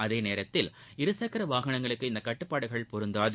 அதே நேரத்தில் இரு சக்கர வாகனங்களுக்கு இந்த கட்டுப்பாடுகள் பொருந்தாது